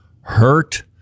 hurt